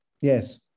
Yes